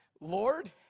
Lord